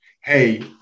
hey